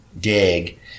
dig